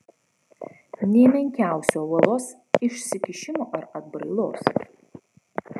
nė menkiausio uolos išsikišimo ar atbrailos